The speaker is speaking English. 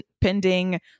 pending